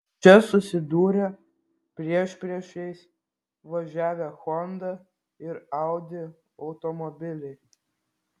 čia susidūrė priešpriešiais važiavę honda ir audi automobiliai